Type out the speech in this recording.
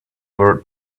were